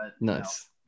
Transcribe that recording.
nice